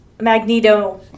Magneto